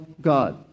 God